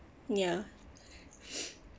ya